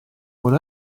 what